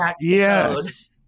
Yes